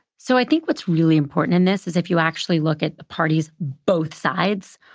so i think what's really important in this is, if you actually look at parties, both sides,